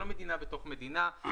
זאת לא מדינה בתוך מדינה.